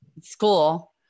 school